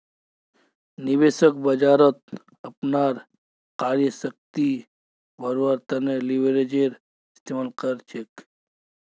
निवेशक बाजारत अपनार क्रय शक्तिक बढ़व्वार तने लीवरेजेर इस्तमाल कर छेक